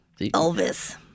Elvis